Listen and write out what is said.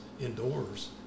indoors